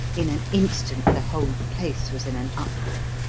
in an instant the whole place was in an uproar.